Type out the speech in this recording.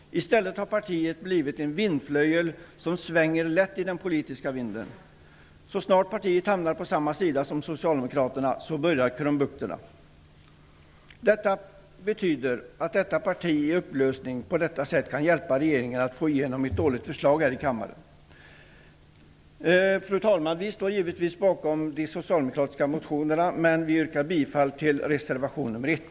I stället har partiet blivit en vindflöjel som lätt svänger i den politiska vinden. Så snart partiet hamnar på samma sida som socialdemokraterna börjar krumbukterna. Det här betyder att Ny demokrati -- som är ett parti i upplösning -- på detta sätt kan hjälpa regeringen att få igenom ett dåligt förslag här i kammaren. Fru talman! Vi står givetvis bakom de socialdemokratiska motionerna men yrkar bifall till reservation nr 1.